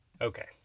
Okay